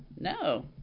No